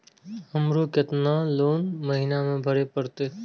हमरो केतना लोन महीना में भरे परतें?